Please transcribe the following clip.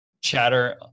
chatter